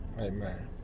Amen